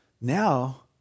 Now